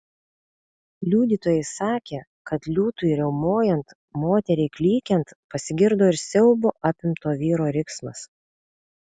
liudytojai sakė kad liūtui riaumojant moteriai klykiant pasigirdo ir siaubo apimto vyro riksmas